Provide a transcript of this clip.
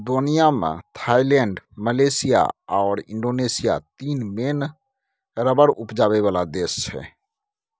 दुनियाँ मे Thailand, Malaysia आओर इंडोनेशिया तीन मेन रबर उपजाबै बला देश छै